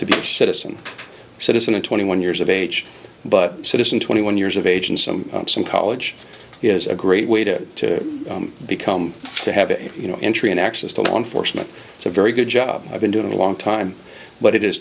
to be a citizen citizen of twenty one years of age but citizen twenty one years of age and some some college is a great way to become to have a you know entry and access to law enforcement it's a very good job i've been doing a long time but it is